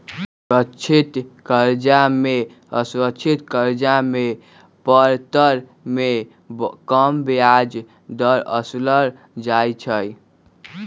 सुरक्षित करजा में असुरक्षित करजा के परतर में कम ब्याज दर असुलल जाइ छइ